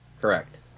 Correct